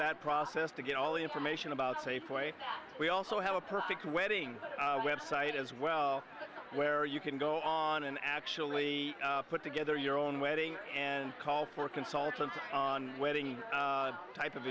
that process to get all the information about safeway we also have a perfect wedding web site as well where you can go on and actually put together your own wedding and call for consultants on wedding type of